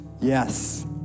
Yes